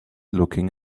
looking